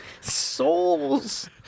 souls